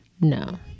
no